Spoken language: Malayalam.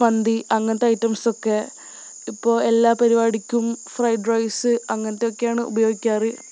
മന്തി അങ്ങനത്തെ ഐറ്റംസൊക്കെ ഇപ്പോള് എല്ലാ പരിപാടിക്കും ഫ്രൈഡ് റൈസ് അങ്ങനത്തതൊക്കെയാണ് ഉപയോഗിക്കാറ്